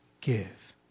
give